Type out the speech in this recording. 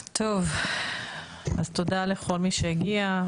טוב, אז תודה לכל מי שהגיע.